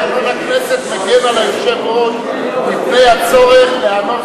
תקנון הכנסת מגן על היושב-ראש מפני הצורך להיענות